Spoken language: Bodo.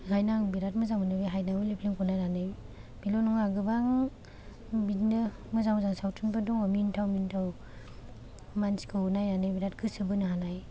बेखायनो आं बिराथ मोजां मोनो बे हायनामुलि फिल्मखौ नायनानै बेल' नङा गोबां बिदिनो मोजां मोजां सावथुनफोर दङ मिनिथाव मिनिथाव मानसिखौ नायनानै बिराथ गोसो बोनो हानाय